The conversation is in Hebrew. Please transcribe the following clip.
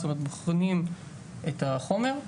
בוחנים את החומר,